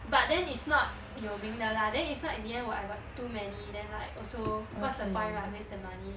but then is not 有名的 lah then if not in the end I I got too many then like also what's the point right waste money